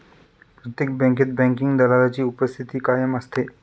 प्रत्येक बँकेत बँकिंग दलालाची उपस्थिती कायम असते